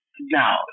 now